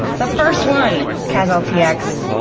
the first one! kazaltx,